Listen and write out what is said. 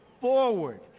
forward